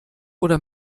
oder